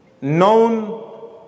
known